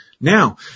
now